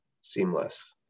seamless